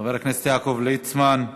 חבר הכנסת יעקב ליצמן,